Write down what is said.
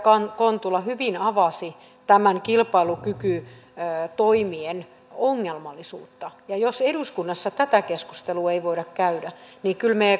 kontula hyvin avasi tämän kilpailukykytoimien ongelmallisuutta jos eduskunnassa tätä keskustelua ei voida käydä niin kyllä me